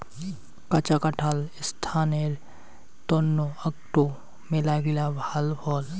কাঁচা কাঁঠাল ছাস্থের তন্ন আকটো মেলাগিলা ভাল ফল